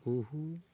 ᱠᱩᱦᱩ